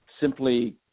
simply